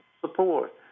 support